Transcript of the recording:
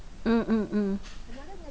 mm mm mm